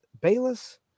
Bayless